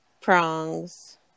Prongs